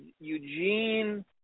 Eugene